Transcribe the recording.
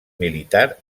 militar